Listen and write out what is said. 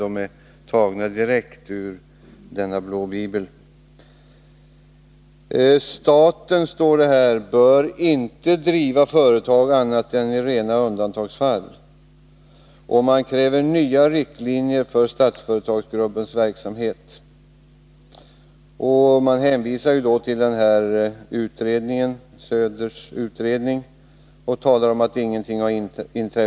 De är tagna direkt ur denna blå bibel. Bl. a. står det att staten inte bör driva företag annat än i rena undantagsfall. Moderaterna kräver också nya riktlinjer för Statsföretagsgruppens verksamhet. Man hänvisar till Gunnar Söders utredning och säger att ingenting har hänt sedan den avlämnade sitt betänkande.